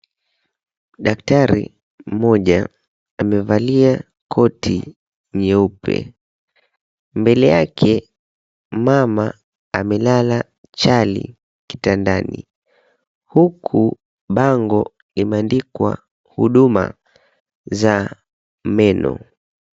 Daktari mmoja amevalia koti nyeupe mbele yake mama amelala chali kitandani huku bango imeandikwa huduma za meno.